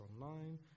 online